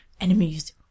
enemies